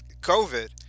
COVID